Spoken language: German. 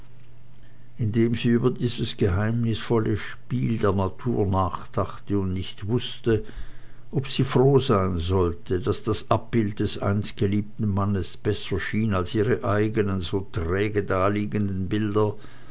indem sie über dieses geheimnisvolle spiel der natur nachdachte und nicht wußte ob sie froh sein sollte daß das abbild des einst geliebten mannes besser schien als ihre eigenen so träge daliegenden bilder